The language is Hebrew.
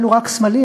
אלו רק סמלים,